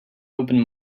open